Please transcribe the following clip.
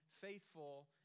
faithful